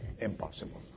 impossible